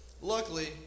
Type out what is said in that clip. Luckily